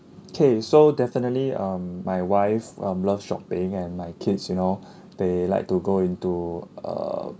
K so definitely um my wife um love shopping and my kids you know they like to go into a